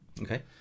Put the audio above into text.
Okay